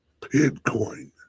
Bitcoin